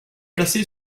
placé